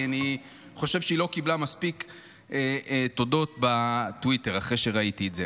כי אני חושב שהיא לא קיבלה מספיק תודות בטוויטר אחרי שראיתי את זה.